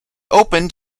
opened